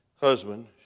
Husband